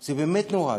זה באמת נורא.